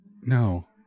No